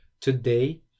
Today